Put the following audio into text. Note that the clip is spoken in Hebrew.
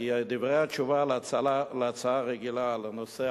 כי דברי התשובה על ההצעה הרגילה על הנושא,